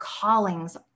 callings